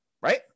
right